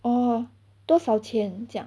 orh 多少钱这样